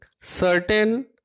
certain